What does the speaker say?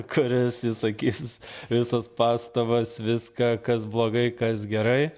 kuris išsakys visas pastabas viską kas blogai kas gerai